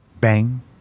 Bang